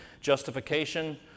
Justification